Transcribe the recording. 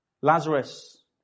Lazarus